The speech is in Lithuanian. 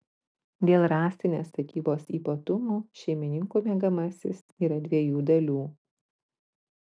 dėl rąstinės statybos ypatumų šeimininkų miegamasis yra dviejų dalių